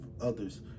others